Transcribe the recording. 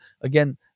again